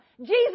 Jesus